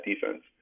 defense